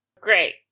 Great